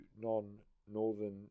non-northern